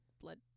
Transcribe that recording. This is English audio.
blood